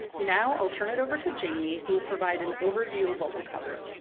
now, i'll turn it over to jaimie, who will provide an overview of what we'll cover.